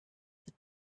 the